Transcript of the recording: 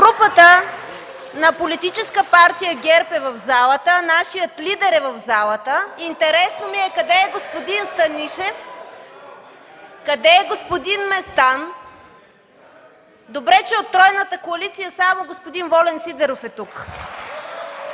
Групата на Политическа партия ГЕРБ е в залата, нашият лидер е в залата (силен шум и реплики от КБ), интересно ми е къде е господин Станишев, къде е господин Местан? Добре че от тройната коалиция само господин Волен Сидеров е тук.